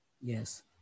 Yes